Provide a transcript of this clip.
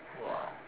!wah!